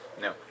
No